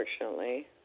unfortunately